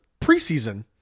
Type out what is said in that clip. preseason